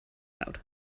loud